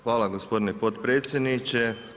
Hvala gospodine potpredsjedniče.